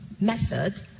method